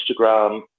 Instagram